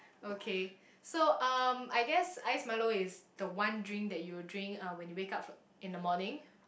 okay so um I guess ice milo is the one drink that you will drink uh when you wake up for in the morning